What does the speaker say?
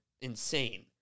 insane